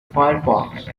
firefox